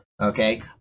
okay